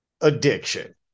addiction